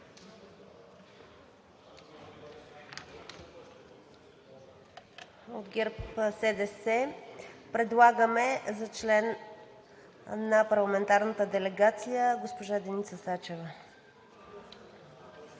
От ГЕРБ-СДС предлагаме за член на парламентарната делегация госпожа Деница Сачева.